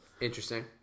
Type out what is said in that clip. Interesting